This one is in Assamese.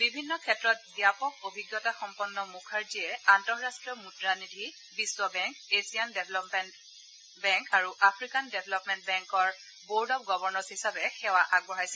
বিভিন্ন ক্ষেত্ৰত ব্যাপক অভিজ্ঞতা সম্পন্ন মুখাৰ্জীয়ে আন্তঃৰাষ্ট্ৰীয় মুদ্ৰা নিধি বিধ বেংক এছিয়ান ডেভলপমেণ্ট আৰু আফ্ৰিকান ডেভলপমেণ্ট বেংকৰ বৰ্ড অব গভৰ্ণচ হিচাপে সেৱা আগবঢ়াইছিল